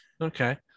Okay